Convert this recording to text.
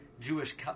Jewish